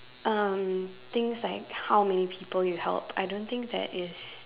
um things like how many people you help I don't think that is